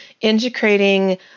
integrating